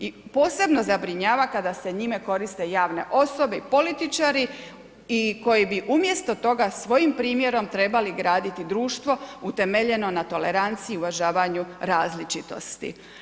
I posebno zabrinjava kada se njime koriste javne osobe i političari koji bi umjesto toga svojim primjerom trebali graditi društvo utemeljeno na toleranciji i uvažavanju različitosti.